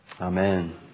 Amen